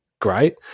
great